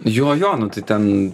jo jo nu tai ten